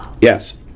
Yes